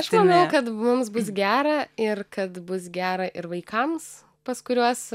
aš manau kad mums bus gera ir kad bus gera ir vaikams pas kuriuos